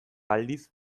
aldiz